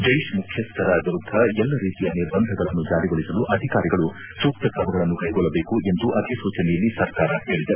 ಜೈಷ್ ಮುಖ್ಯಸ್ಥರ ವಿರುದ್ದ ಎಲ್ಲ ರೀತಿಯ ನಿರ್ಬಂಧಗಳನ್ನು ಜಾರಿಗೊಳಿಸಲು ಅಧಿಕಾರಿಗಳು ಸೂಕ್ತ ಕ್ರಮಗಳನ್ನು ಕೈಗೊಳ್ಳಬೇಕು ಎಂದು ಅಧಿಸೂಚನೆಯಲ್ಲಿ ಸರ್ಕಾರ ಹೇಳಿದೆ